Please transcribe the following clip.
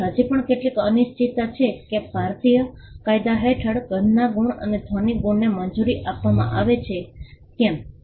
તેથી હજી પણ કેટલીક અનિશ્ચિતતા છે કે ભારતીય કાયદા હેઠળ ગંધના ગુણ અને ધ્વનિ ગુણને મંજૂરી આપવામાં આવશે કે કેમ